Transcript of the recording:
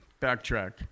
backtrack